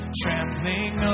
trampling